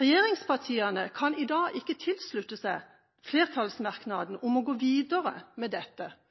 Regjeringspartiene kan i dag ikke slutte seg til flertallsmerknaden om å gå videre med dette,